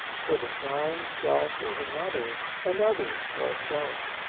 for the time self is another, and others are self.